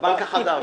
הבנק החדש.